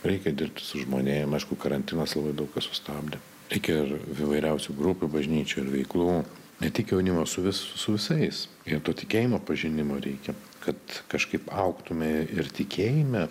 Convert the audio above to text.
reikia dirbti su žmonėm aišku karantinas labai daug ką sustabdė reikėjo įvairiausių grupių bažnyčioj ir veiklų ne tik jaunimo su vis su visais ir to tikėjimo pažinimo reikia kad kažkaip augtume ir tikėjime